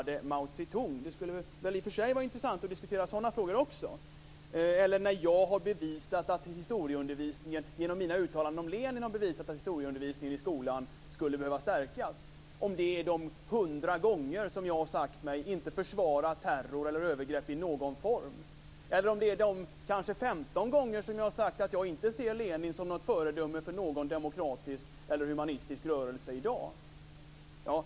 Det skulle i och för sig vara intressant att också diskutera frågor som t.ex. att vi hyllade Mao Zedong eller att jag, genom mina uttalanden om Lenin, har bevisat att historieundervisningen i skolan skulle behöva stärkas. Det kanske handlar om de 100 gånger som jag har sagt mig inte försvara terror eller övergrepp i någon form, eller är det de kanske 15 gånger som jag har sagt att jag inte ser Lenin som något föredöme för någon demokratisk eller humanistisk rörelse i dag.